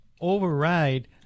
override